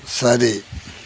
சரி